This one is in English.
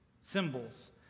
symbols